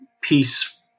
peace